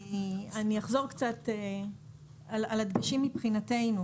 אני אחזור על הדגשים מבחינתנו.